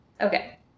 Okay